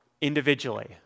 individually